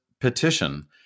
petition